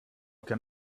can